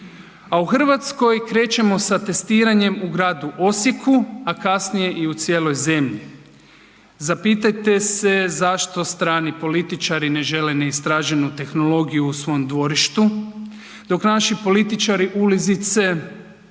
a u Hrvatskoj krećemo sa testiranjem u gradu Osijeku, a kasnije i u cijeloj zemlji. Zapitajte se zašto stani političari ne žele neistraženu tehnologiju u svom dvorištu, dok naši političari ulizice